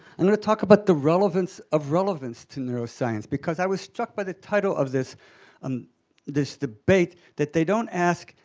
i'm going to talk about the relevance of relevance to neuroscience. because i was struck by the title of this um this debate that they don't ask,